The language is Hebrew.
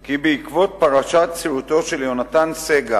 כי בעקבות פרשת סרטו של יהונתן סגל,